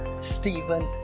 Stephen